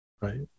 Right